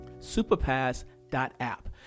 superpass.app